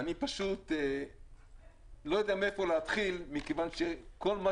אני פשוט לא יודע מאיפה להתחיל מכיוון שכל מה